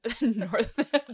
north